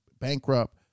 bankrupt